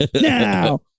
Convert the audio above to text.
now